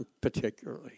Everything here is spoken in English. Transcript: particularly